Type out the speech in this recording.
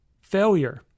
Failure